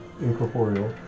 incorporeal